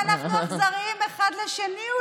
אנחנו אכזריים אחד לשני,